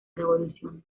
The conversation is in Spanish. revolución